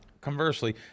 conversely